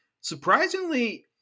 surprisingly